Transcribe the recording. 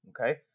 Okay